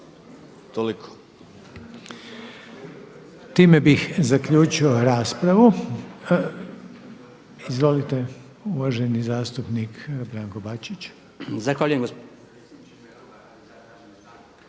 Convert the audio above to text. (HDZ)** Time bih zaključio raspravu. Izvolite uvaženi zastupnik Branko Bačić. **Bačić, Branko